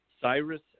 Cyrus